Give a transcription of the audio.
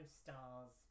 stars